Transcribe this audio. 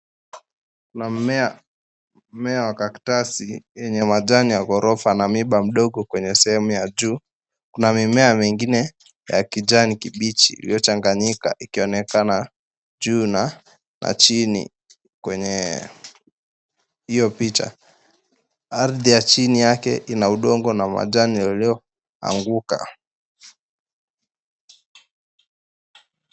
Kuna mmea wa cactus yenye majani ya ghorofa na miba madogo, kwenye sehemu ya juu mmea mwingine wa majani ya kijani kibichi ulioanguka unaonekana, juu na chini yake udongo na majani yalioanguka.